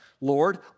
Lord